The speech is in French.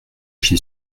j’y